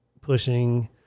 pushing